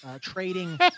trading